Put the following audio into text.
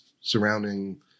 surrounding